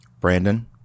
Brandon